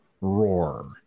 roar